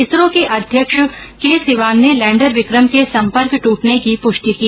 इसरो के अध्यक्ष के सिवान ने लैंडर विक्रम के संपर्क दूटने की पुष्टि की